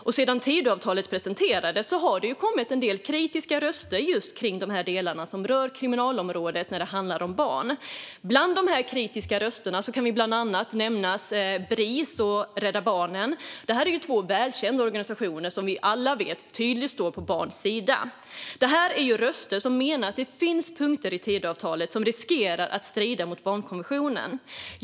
Men sedan Tidöavtalet presenterades har det kommit en del kritiska röster just kring de delar som rör kriminalområdet när det handlar om barn. Bland dessa kritiska röster kan bland annat Bris och Rädda Barnen nämnas. Det är två välkända organisationer som vi alla vet står på barns sida. Detta är röster som menar att det finns punkter i Tidöavtalet som riskerar att strida mot barnkonventionen.